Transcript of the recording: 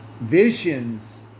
visions